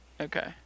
Okay